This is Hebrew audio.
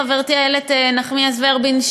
חברתי איילת נחמיאס ורבין,